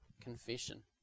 confession